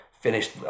finished